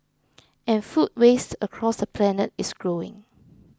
and food waste across the planet is growing